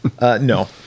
No